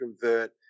convert